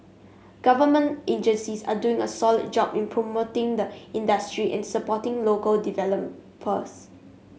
government agencies are doing a solid job in promoting the industry and supporting local developers